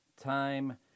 time